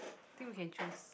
think we can choose